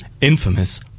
infamous